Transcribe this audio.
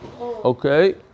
Okay